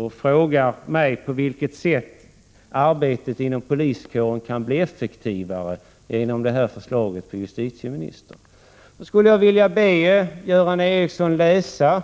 Han frågar mig på vilket sätt arbetet inom poliskåren kan bli effektivare genom förslaget från justitieministern. Jag skulle vilja be Göran Ericsson läsa